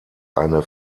eine